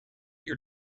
your